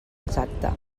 exacta